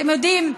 אתם יודעים,